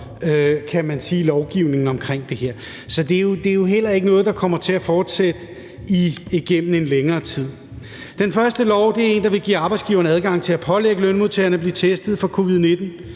– at lade lovgivningen omkring det her udløbe. Så det er jo heller ikke noget, der kommer til at fortsætte igennem længere tid. Den første lov er en, der giver arbejdsgiverne adgang til at pålægge lønmodtagerne at blive testet for covid-19.